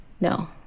No